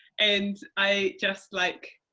and i just like,